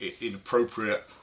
inappropriate